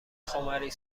خمری